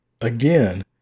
again